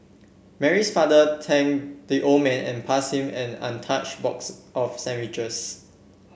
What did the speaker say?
Mary's father thanked the old man and pass him an untouch box of sandwiches